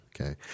Okay